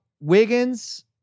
Wiggins